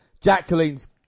Jacqueline's